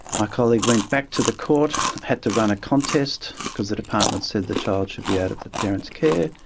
my colleague went back to the court had to run a contest because the department said the child should be out of the parents' care.